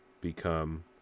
become